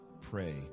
pray